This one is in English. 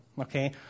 Okay